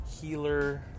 healer